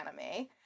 anime